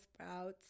sprouts